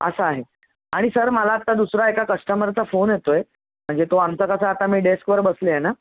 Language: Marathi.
असं आहे आणि सर मला आता दुसरा एका कस्टमरचा फोन येतो आहे म्हणजे तो आमचा कसा आता मी डेस्कवर बसले आहे ना